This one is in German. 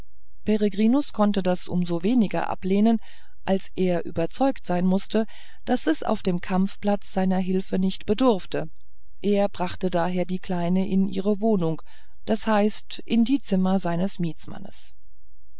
peregrinus konnte das um so weniger ablehnen als er überzeugt sein mußte daß es auf dem kampfplatz seiner hilfe nicht bedurfte er brachte daher die kleine in ihre wohnung das heißt in die zimmer seines